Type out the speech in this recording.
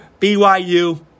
BYU